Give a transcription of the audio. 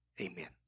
Amen